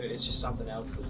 it's just something else